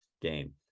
game